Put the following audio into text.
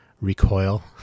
recoil